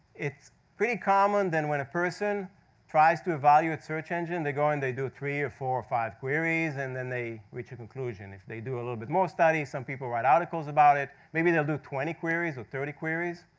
it's pretty common then, when a person tries to evaluate search engine, they go and they do three, or four, or five queries, and then they reach a conclusion. if they do a little bit more study, some people right articles about it. maybe they'll do twenty queries or thirty queries.